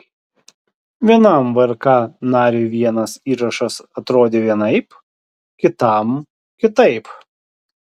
vienam vrk nariui vienas įrašas atrodė vienaip kitam kitaip